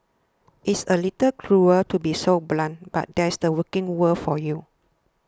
it's a little cruel to be so blunt but that's the working world for you